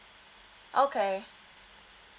okay